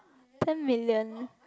ten million